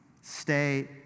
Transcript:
Stay